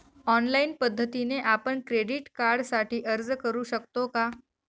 Online पद्धतीने आपण credit कार्डसाठी अर्ज करु शकतो का?